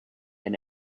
had